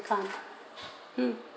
can't mm